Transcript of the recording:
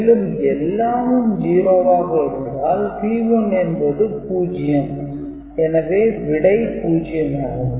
மேலும் எல்லாமும் 0 ஆக இருந்தால் P1 என்பது 0 எனவே விடை 0 ஆகும்